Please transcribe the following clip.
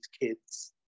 kids